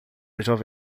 jovem